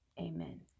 amen